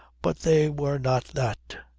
but they were not that.